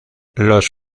los